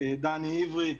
דני עברי.